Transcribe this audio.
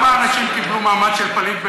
אני יכול לשאול אותך שאלה,